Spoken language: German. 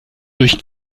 durch